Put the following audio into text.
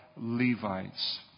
Levites